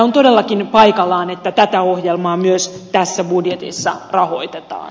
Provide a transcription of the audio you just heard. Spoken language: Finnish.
on todellakin paikallaan että tätä ohjelmaa myös tässä budjetissa rahoitetaan